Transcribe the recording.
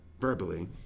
verbally